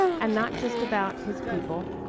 and not just about his people,